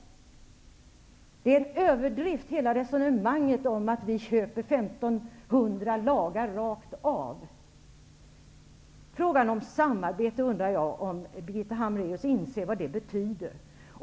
Hela resonemanget om att vi köper 1 500 lagar rakt av är en överdrift. Jag undrar om Birgitta Hambraeus inser vad frågan om samarbete innebär.